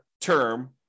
term